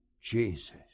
Jesus